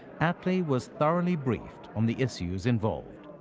attlee was thoroughly briefed on the issues involved.